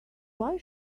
why